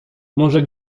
może